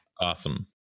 Awesome